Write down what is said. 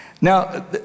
Now